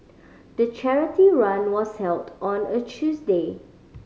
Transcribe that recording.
the charity run was held on a Tuesday